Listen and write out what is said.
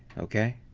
okay?